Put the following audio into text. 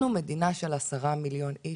אנחנו מדינה של 10 מיליון איש.